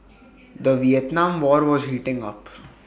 the Vietnam war was heating up